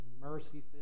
mercy-filled